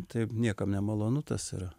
tai niekam nemalonu tas yra